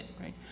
right